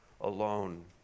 alone